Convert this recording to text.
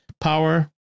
Power